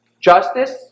justice